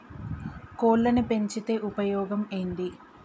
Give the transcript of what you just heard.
కోళ్లని పెంచితే ఉపయోగం ఏంది?